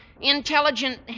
Intelligent